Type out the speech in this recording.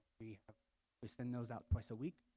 we ah we send those out twice a week.